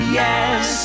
yes